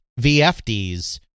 VFDs